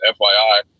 FYI